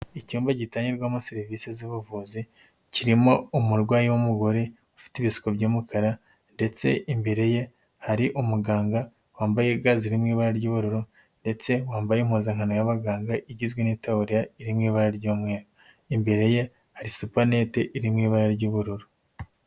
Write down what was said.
Icyumba gitangirwamo serivisi z'ubuvuzi, kirimo umurwayi w'umugore, ufite ibisuko by'umukara, ndetse imbere ye hari umuganga wambaye ga ziri mu ibara ry'ubururu, ndetse wambara impuzankano ya muganga igizwe n'itaburiya iri mu ibara ry'umweru, imbere ye hari supanete iri mu ibara ry'ubururu.